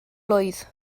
blwydd